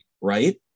right